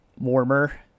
warmer